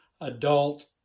adult